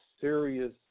serious